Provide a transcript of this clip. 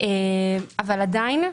אבל עדיין,